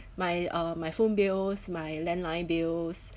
my uh my phone bills my landline bills